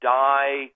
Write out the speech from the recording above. die